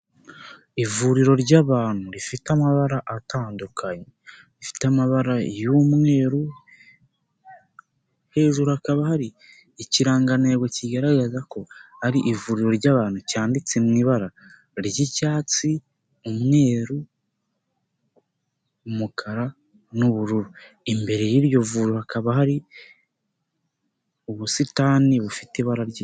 Ivuriro ry'abantu rifite amabara atandukanye, rifite amabara y'umweru hejuru hakaba hari ikirangantego kigaragaza ko ari ivuriro ry'abantu cyanditse mu ibara ry'icyatsi, umweru, umukara, n'ubururu imbere y'iryo vuriro hakaba hari ubusitani bufite ibara.